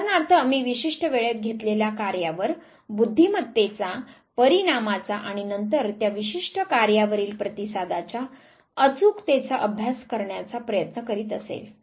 उदाहरणार्थ मी विशिष्ट वेळेत घेतलेल्या कार्यावर बुद्धिमत्तेचा परिणामाचा आणि नंतर त्या विशिष्ट कार्यावरील प्रतिसादाच्या अचूक तेचा अभ्यास करण्याचा प्रयत्न करीत असेल